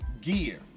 gear